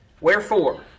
Wherefore